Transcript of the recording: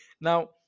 Now